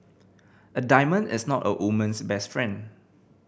a diamond is not a woman's best friend